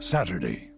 Saturday